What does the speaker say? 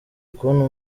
kubona